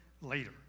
later